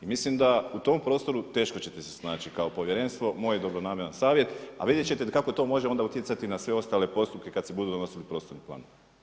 I mislim da u tom prostoru teško ćete se snaći kao povjerenstvo, moj dobronamjeran savjet, a vidjet ćete kako to može onda utjecati na sve ostale postupke kad se budu donosili prostorni planovi.